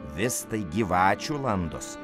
vis tai gyvačių landos